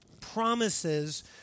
promises